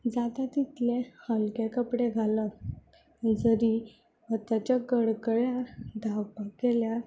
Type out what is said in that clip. जाता तितले हलके कपडे घालप जरीय वताच्या कडकड्यान धांवपाक गेल्यार